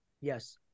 Yes